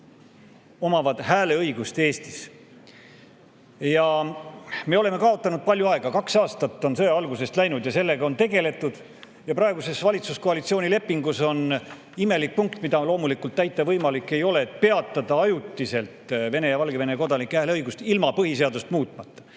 Me oleme kaotanud palju aega, kaks aastat on sõja algusest läinud. Sellega on tegeletud. Praeguses valitsuskoalitsiooni lepingus on imelik punkt, mida loomulikult ei ole võimalik täita: peatada ajutiselt Vene ja Valgevene kodanike hääleõigus ilma põhiseadust muutmata.